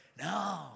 No